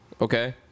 okay